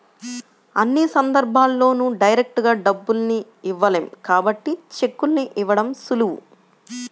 అన్ని సందర్భాల్లోనూ డైరెక్టుగా డబ్బుల్ని ఇవ్వలేం కాబట్టి చెక్కుల్ని ఇవ్వడం సులువు